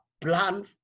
plan